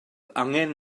angen